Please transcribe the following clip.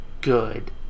good